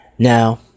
Now